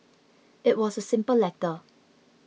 it was a simple letter